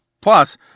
Plus